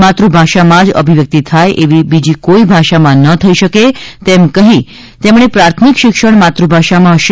માતૃભાષામાં જ અભિવ્યક્તિ થાય એવી બીજી કોઇ ભાષામાં ન થઇ શકે તેમ કહી પ્રાથમિક શિક્ષણ માતૃભાષામાં હશે